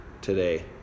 today